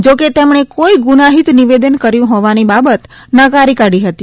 જો કે તેમણે કોઇ ગુનાહિત નિવેદન કર્યું હોવાની બાબત નકારી કાઢી હતી